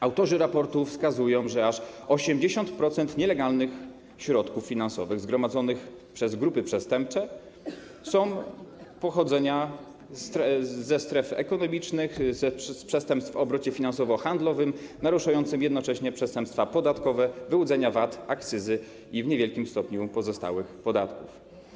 Autorzy raportu wskazują, że aż 80% nielegalnych środków finansowych zgromadzonych przez grupy przestępcze pochodzi ze stref ekonomicznych, z przestępstw w obrocie finansowo-handlowym, naruszającym jednocześnie przestępstwa podatkowe: wyłudzenia VAT, akcyzy i w niewielkim stopniu pozostałych podatków.